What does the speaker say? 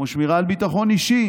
כמו שמירה על ביטחון אישי